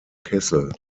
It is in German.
kessel